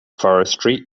forestry